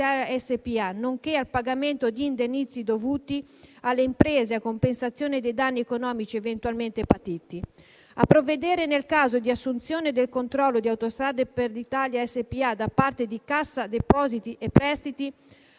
SpA, nonché al pagamento di indennizzi dovuti alle imprese a compensazione dei danni economici eventualmente patiti; a provvedere, nel caso di assunzione del controllo di Autostrade per l'Italia SpA da parte di Cassa depositi e prestiti,